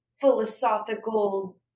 philosophical